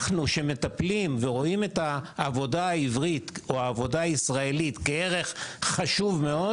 אנחנו שרואים את העבודה הישראלית כערך חשוב מאוד